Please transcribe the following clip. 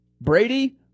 Brady